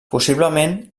possiblement